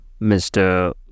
Mr